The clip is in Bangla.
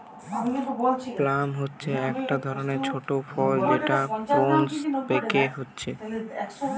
প্লাম হচ্ছে একটা ধরণের ছোট ফল যেটা প্রুনস পেকে হচ্ছে